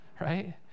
Right